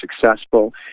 successful